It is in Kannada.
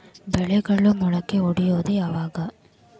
ಬೆಳೆಗಳು ಮೊಳಕೆ ಒಡಿಯೋದ್ ಯಾವಾಗ್?